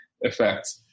effect